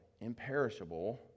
imperishable